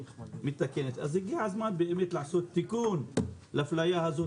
אז הגיע הזמן באמת לעשות תיקון לאפליה הזאת,